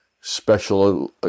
special